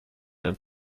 and